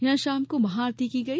यहां शाम को महाआरती की गई